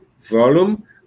volume